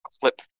clip